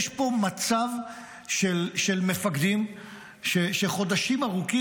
יש פה מצב של מפקדים שחודשים ארוכים,